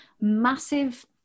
massive